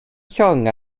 llong